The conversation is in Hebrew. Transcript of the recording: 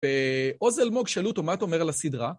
עוז אלמוג שאלו אותו, מה אתה אומר על הסדרה?